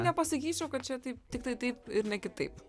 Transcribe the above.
nepasakyčiau kad čia taip tiktai taip ir ne kitaip